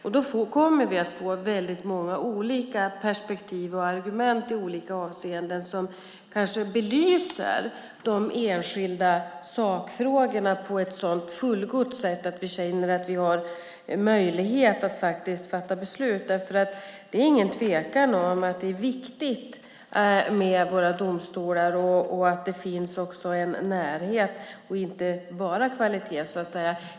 Vi kommer att få många olika perspektiv och argument i olika avseenden som kanske belyser de enskilda sakfrågorna på ett fullgott sätt så att vi känner att vi har möjlighet att fatta beslut. Det råder ingen tvekan om att våra domstolar är viktiga och att det finns en närhet och inte bara kvalitet.